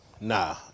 Nah